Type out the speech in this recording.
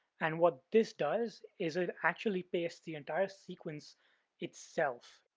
and what this does is it actually pastes the entire sequence itself.